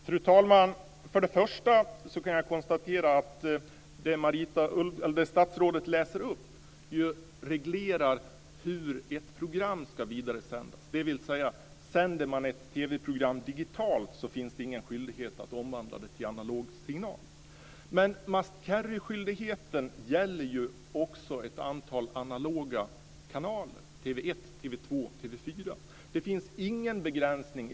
Fru talman! Jag kan konstatera att det statsrådet läser upp ju reglerar hur ett program ska vidaresändas, dvs. att sänder man ett TV-program digitalt finns det ingen skyldighet att omvandla det till analog signal. Men must carry-skyldigheten gäller också ett antal analoga kanaler - TV 1, TV 2, TV 4. Det finns ingen begränsning.